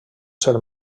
ser